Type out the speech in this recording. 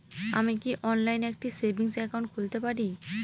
আমি কি অনলাইন একটি সেভিংস একাউন্ট খুলতে পারি?